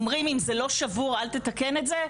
אומרים, אם זה לא שבור, אל תתקן את זה.